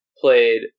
played